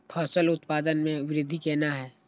फसल उत्पादन में वृद्धि केना हैं?